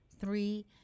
Three